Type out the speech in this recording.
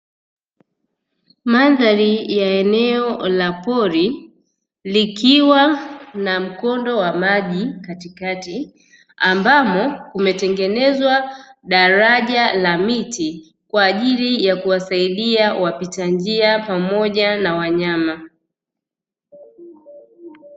Mandhari ya eneo la pori likiwa na mkondo wa maji katikati ambamo kumetengenezwa daraja la miti kwa ajili ya kuwasaidia wapita njia pamoja na wanyama.